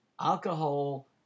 alcohol